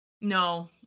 no